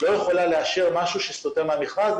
לא יכולה לאשר משהו שסוטה מהמכרז,